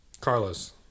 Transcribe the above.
Carlos